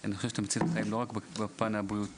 אני חושב שאתה מציל חיים לא רק בפן הבריאותי,